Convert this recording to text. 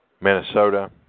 Minnesota